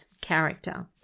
character